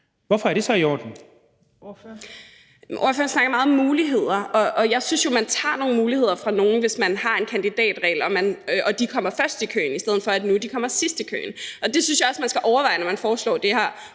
Astrid Carøe (SF): Ordføreren snakker meget om muligheder, og jeg synes jo, at man tager nogle muligheder fra nogle, hvis der er en kandidatregel og man kommer først i køen, i stedet for at man nu kommer sidst i køen. Det synes jeg også man skal overveje, når man foreslår det her,